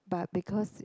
but because